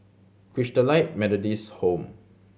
Christalite Methodist Home